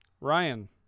Ryan